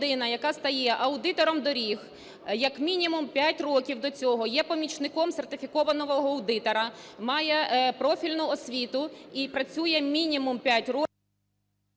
яка стає аудитором доріг, як мінімум, 5 років до цього є помічником сертифікованого аудитора, має профільну освіту і працює мінімум – 5 років...